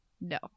no